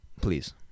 please